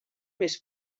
més